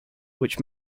which